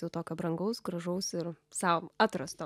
jau tokio brangaus gražaus ir sau atrasto